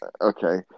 okay